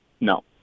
No